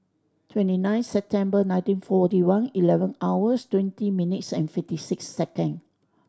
twenty nine September nineteen forty one eleven hours twenty minutes and fifty six second